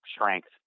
strength